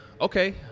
Okay